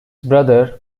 brother